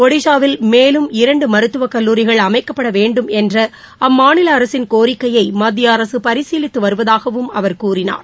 ஒடிஷாவில் மேலும் இரண்டுமருத்துவக்கல்லூரிகள் அமைக்கப்படவேண்டும் என்றஅம்மாநிலஅரசின் கோரிக்கையை மத்திய அரசுபரிசீலித்துவருவதாகவும் அவர் கூறினார்